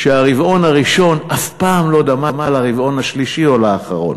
שהרבעון הראשון אף פעם לא דמה לרבעון השלישי או לאחרון.